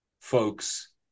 folks